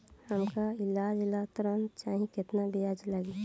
हमका ईलाज ला ऋण चाही केतना ब्याज लागी?